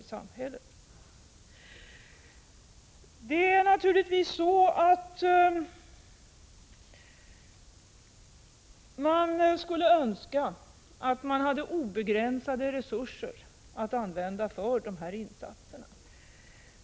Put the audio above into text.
Man skulle naturligtvis önska att vi hade obegränsade resurser att använda för dessa insatser.